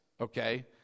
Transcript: okay